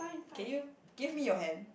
can you give me your hand